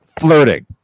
flirting